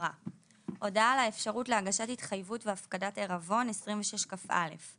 26כאהודעה על האפשרות להגשת התחייבות והפקדת עירבון היה לממונה